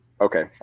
Okay